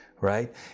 right